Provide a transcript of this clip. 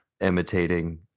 imitating